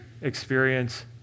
experience